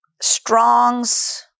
Strong's